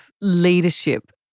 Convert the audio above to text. leadership